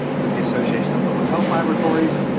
with the association of public health laboratories.